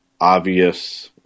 obvious